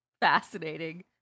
fascinating